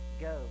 go